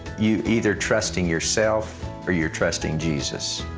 you're either trusting yourself or your trusting jesus.